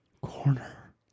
Corner